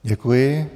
Děkuji.